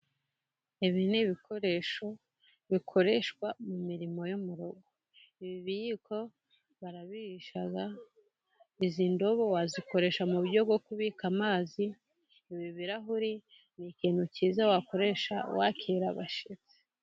Ibi ni ibikoresho, bikoreshwa mu mirimo yo mu rugo. Ibi biyiko barabirisha, izi ndobo wazikoresha mu buryo bwo kubika amazi, ibi birahuri ni ikintu cyiza wakoresha wakira abashyitsi.